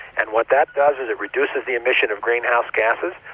and what that does is it reduces the emission of greenhouse gases,